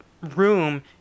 room